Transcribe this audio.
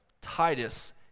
Titus